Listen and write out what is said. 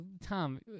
Tom